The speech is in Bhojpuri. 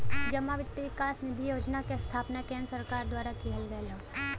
जमा वित्त विकास निधि योजना क स्थापना केन्द्र सरकार द्वारा किहल गयल हौ